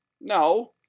No